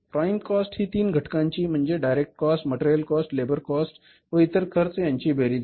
prime cost हि तीन घटकांची म्हणजे डायरेक्ट कॉस्ट मटेरियल कॉस्ट आणि लेबर कॉस्ट व इतर खर्च यांची बेरीज आहे